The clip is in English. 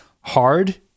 hard